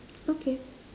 okay